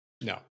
No